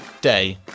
day